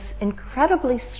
incredibly